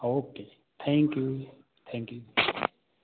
okay thank you thank you